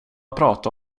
prata